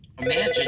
imagine